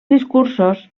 discursos